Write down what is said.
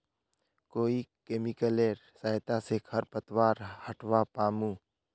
कोइ केमिकलेर सहायता से खरपतवार हटावा पामु